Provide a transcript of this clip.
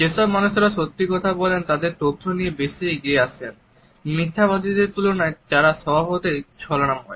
যেসব মানুষরা সত্যি বলেন তারা তথ্য নিয়ে বেশি এগিয়ে আসেন মিথ্যাবাদীদের তুলনায় যারা স্বভাবতই ছলনাময়